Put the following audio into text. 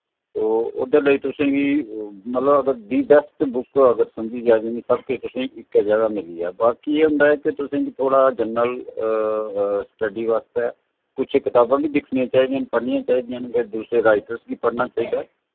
ओह् ओह्दे लेई तुसेंगी मतलब अगर दी बेस्ट बुक अगर समझी जाए ते मिगी सबके तुसेंई इक्कै जगह मिली जा बाकि एह् होंदा ऐ कि तुसें कि थोह्ड़ा जनरल स्टडी वास्तै कुछ इक कताबां वी दिक्खनियां चाहिदियां पढ़नियां चाहिदियां न फिर दूसरे राइटरस गी पढ़ना चाहिदा